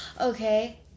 Okay